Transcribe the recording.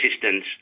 assistance